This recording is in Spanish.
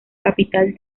capital